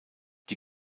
die